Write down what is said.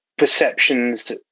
perceptions